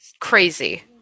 crazy